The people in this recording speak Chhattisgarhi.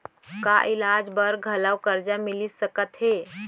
का इलाज बर घलव करजा मिलिस सकत हे?